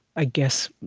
i guess,